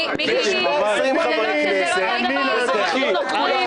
כדי שזה לא יהיה הדבר האחרון שזוכרים.